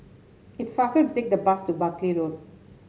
it's faster to take the bus to Buckley Road